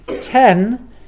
Ten